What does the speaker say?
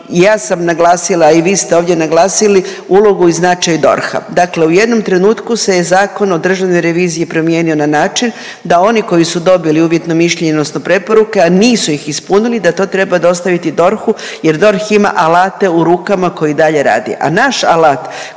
ja sam naglasila i vi ste ovdje naglasili ulogu i značaj DORH-a. Dakle u jednom trenutku se je zakon o državnoj reviziji promijenio na način da oni koji su dobili uvjetno mišljenje, odnosno preporuke, a nisu ih ispunili, da to treba dostaviti DORH-u jer DORH ima alate u rukama koji dalje radi.